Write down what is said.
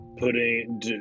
putting